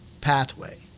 pathway